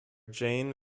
jane